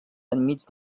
enmig